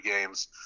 games